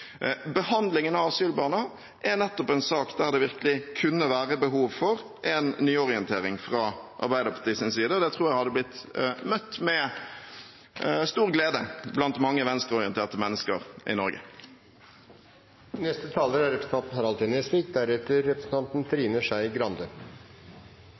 Behandlingen av asylbarna er nettopp en sak der det virkelig kunne være behov for en nyorientering fra Arbeiderpartiets side. Det tror jeg hadde blitt møtt med stor glede blant mange venstreorienterte mennesker i